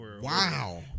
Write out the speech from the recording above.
wow